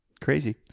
Crazy